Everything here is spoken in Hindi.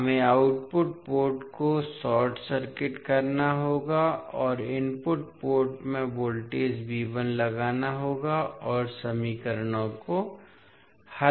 हमें आउटपुट पोर्ट को शॉर्ट सर्किट करना होगा और इनपुट पोर्ट में वोल्टेज लगाना होगा और समीकरणों को हल करना होगा